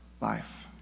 life